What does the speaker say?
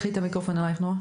קחי את המיקרופון אלייך נעה.